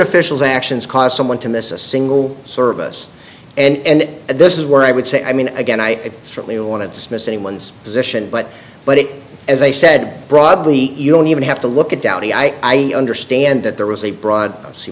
officials actions cause someone to miss a single service and this is where i would say i mean again i certainly don't want to dismiss anyone's position but but it as they said broadly you don't even have to look at downey i understand that there was a broad see